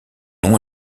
nom